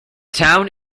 town